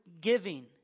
giving